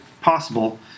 possible